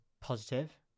positive